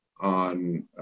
on